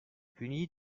puni